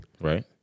Right